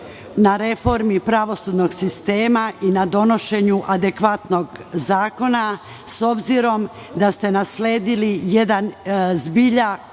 na reformi pravosudnog sistema i na donošenju adekvatnog zakona, s obzirom da ste nasledili jedan zbilja